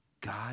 God